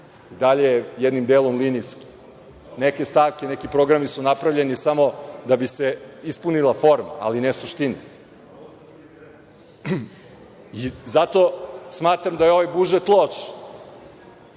Da li je jednim delom linijski? Neke stavke, neki programi su napravljeni samo da bi se ispunila forma, ali ne suština. Zato smatram da je ovaj budžet loš,